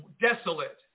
desolate